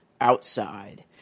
outside